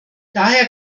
daher